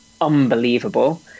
unbelievable